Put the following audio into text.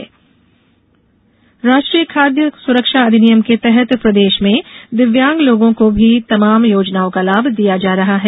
दिव्यांग अधिकार राष्ट्रीय खाद्य सुरक्षा अधिनियम के तहत प्रदेश में दिव्यांग लोगों को भी इस योजना का लाभ दिया जा रहा है